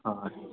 অঁ হয়